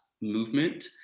movement